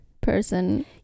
person